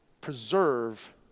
preserve